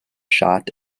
shot